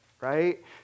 right